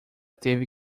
teve